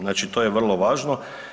Znači to je vrlo važno.